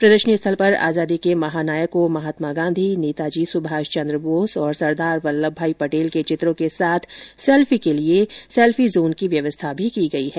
प्रदर्शनी स्थल पर आजादी के महानायकों महात्मा गांधी नेताजी सुभाष चन्द्र बोस और सरदार वल्लभ भाई पटेल के चित्रों के साथ सैल्फी के लिए सैल्फी जोन की व्यवस्था भी की गयी है